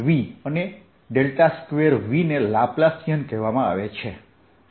V અને 2Vને Laplacian કહેવાય છે